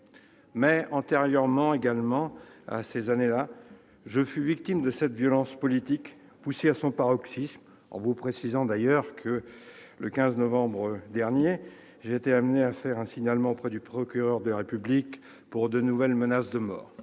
Antérieurement à ces années-là, je fus également victime de cette violence politique, poussée à son paroxysme. Je vous précise d'ailleurs que, le 15 novembre dernier, j'ai été amené à faire un signalement auprès du procureur de la République pour de nouvelles menaces de mort.